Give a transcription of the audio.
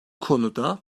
konuda